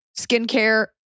skincare